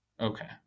Okay